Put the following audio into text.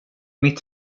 mitt